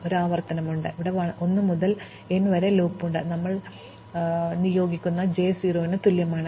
അതിനാൽ നമുക്ക് ഒരു ആവർത്തനമുണ്ട് അവിടെ നമുക്ക് 1 മുതൽ n വരെ ലൂപ്പ് ഉണ്ട് നമ്മൾ നിയോഗിക്കുന്നിടത്ത് ഇത് j 0 ന് തുല്യമാണ്